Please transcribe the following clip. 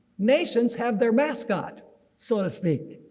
nations have their mascot so to speak.